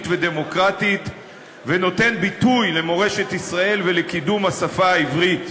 ודמוקרטית ונותן ביטוי למורשת ישראל ולקידום השפה העברית,